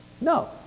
No